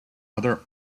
other